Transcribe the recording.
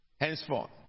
henceforth